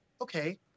Okay